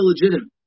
illegitimate